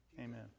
Amen